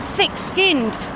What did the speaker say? thick-skinned